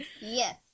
Yes